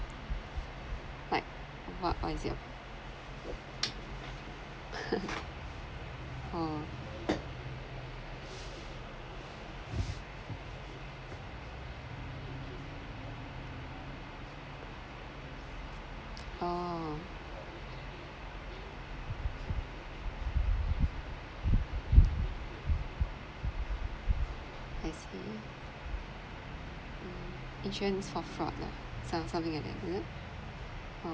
like what what is your orh orh I see mm insurance for fraud lah som~ something like that is it orh